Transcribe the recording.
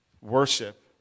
worship